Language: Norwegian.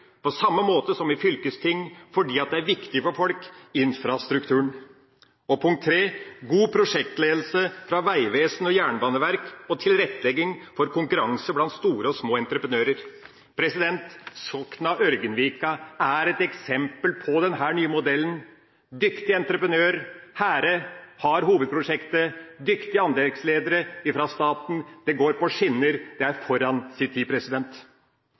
på samme måte som i fylkesting, fordi infrastrukturen er viktig for folk – og punkt tre: god prosjektledelse fra vegvesen og jernbaneverk og tilrettelegging for konkurranse blant store og små entreprenører. Sokna–Ørgenvika er et eksempel på denne nye modellen. En dyktig entreprenør, Hæhre, har hovedprosjektet, og det er dyktige anleggsledere fra staten. Det går på skinner, det er foran sin tid.